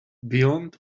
beyond